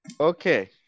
Okay